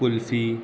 kulfi